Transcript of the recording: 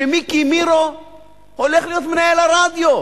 שמיקי מירו הולך להיות מנהל הרדיו?